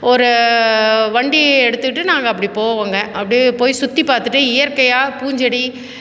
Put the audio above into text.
ஒரு வண்டி எடுத்துட்டு நாங்கள் அப்படி போவோங்க அப்படி போய் சுற்றிப் பார்த்துட்டு இயற்கையாக பூஞ்செடி